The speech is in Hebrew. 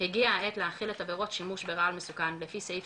הגיע העת להחיל על עבירות שימוש ברעל מסוכן לפי סעיף